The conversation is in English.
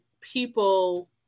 people